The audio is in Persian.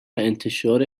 انتشار